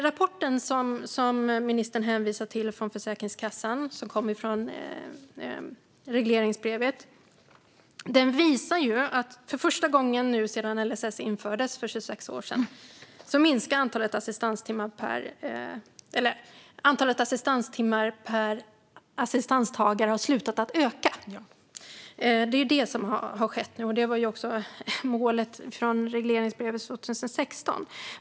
Rapporten som ministern hänvisar till från Försäkringskassan, som kom från ett uppdrag i regleringsbrevet, visar att för första gången sedan LSS infördes för 26 år sedan har antalet assistanstimmar per assistanstagare slutat att öka. Det är det som har skett nu, och det var också målet enligt regleringsbrevet för 2016.